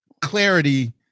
clarity